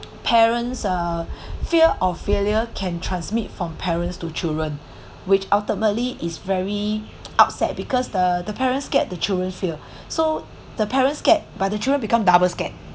parents uh fear of failure can transmit from parents to children which ultimately is very upset because the the parents scared the children feel so the parents scared but the children become double scared